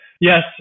yes